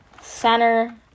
center